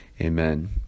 Amen